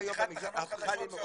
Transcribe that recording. וחלק מזה אני רואה בעצמי,